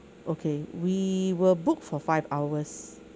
okay we will book for five hours